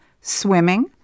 swimming